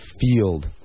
field